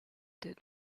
des